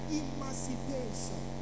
emancipation